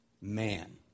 man